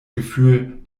gefühl